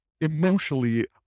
emotionally